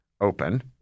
open